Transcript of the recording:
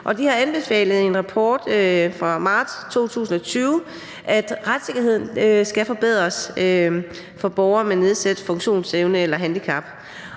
har i en rapport fra marts 2020 anbefalet, at retssikkerheden skal forbedres for borgere med nedsat funktionsevne eller handicap.